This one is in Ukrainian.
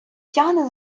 тягне